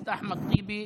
חבר הכנסת אחמד טיבי,